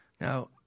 now